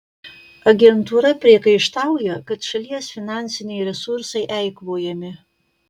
agentūra priekaištauja kad šalies finansiniai resursai eikvojami